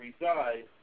reside